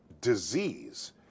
disease